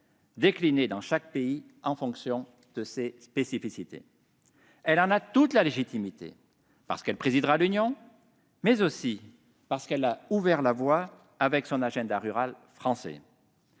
décliné dans chaque pays, en fonction de ses spécificités. Elle en a toute la légitimité, parce qu'elle présidera l'Union et parce qu'elle a ouvert la voie avec son agenda rural français.